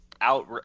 out